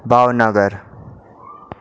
Bhavnagar